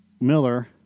Miller